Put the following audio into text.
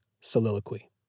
soliloquy